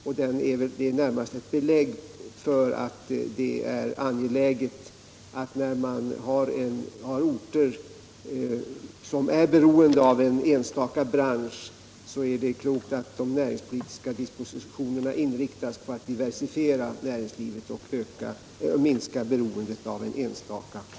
Det är närmast ett belägg för att på orter som är beroende av en enstaka bransch är det klokt att de näringspolitiska dispositionerna inriktas på ett diversifierat näringsliv för att minska beroendet av en enstaka näring.